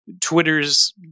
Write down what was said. Twitter's